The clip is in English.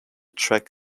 track